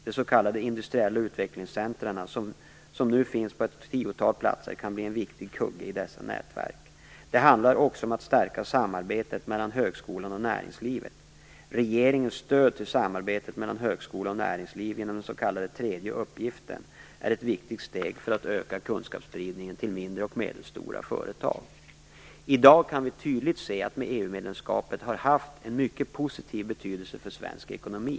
De s.k. industriella utvecklingscentrum som nu finns på ett tiotal platser kan bli en viktig del i dessa nätverk. Det handlar också om att stärka samarbetet mellan högskolan och näringslivet. Regeringens stöd till samarbetet mellan högskola och näringsliv genom den s.k. tredje uppgiften är ett viktigt steg för att öka kunskapsspridningen till mindre och medelstora företag. I dag kan vi tydligt se att EU-medlemskapet har haft en mycket positiv betydelse för svensk ekonomi.